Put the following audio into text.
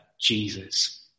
Jesus